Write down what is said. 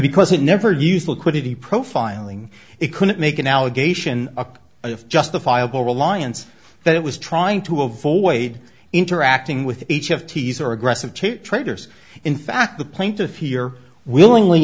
because it never used liquidity profiling it couldn't make an allegation of justifiable reliance that it was trying to avoid interacting with each of teaser aggressive traders in fact the plaintiff here willingly